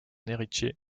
héritier